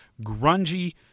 grungy